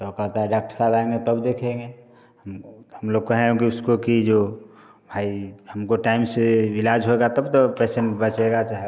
तो कहता है डाक्टर साहब आएंगे तब देखेंगे हम हम लोग कहें कि उसको कि जो भाई हमको टाइम से इलाज होगा तब तो पेसेंट बचेगा चाहे